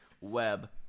web